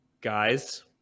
Guys